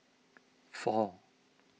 four